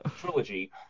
trilogy